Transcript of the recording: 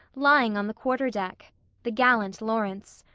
lying on the quarter deck the gallant lawrence.